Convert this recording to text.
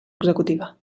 executiva